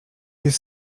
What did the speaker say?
jest